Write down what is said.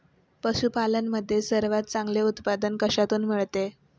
पशूपालन मध्ये सर्वात चांगले उत्पादन कशातून मिळते?